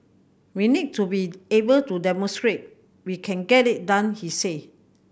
we need to be able to demonstrate we can get it done he said